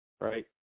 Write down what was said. right